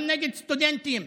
גם נגד סטודנטים,